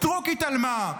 סטרוק התעלמה.